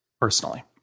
personally